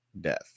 death